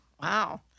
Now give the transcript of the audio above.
wow